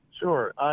Sure